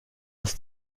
aus